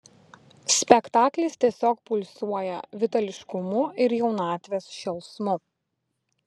spektaklis tiesiog pulsuoja vitališkumu ir jaunatvės šėlsmu